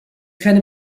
keine